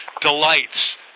delights